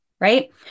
right